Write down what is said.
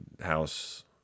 house